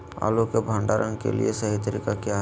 आलू के भंडारण के सही तरीका क्या है?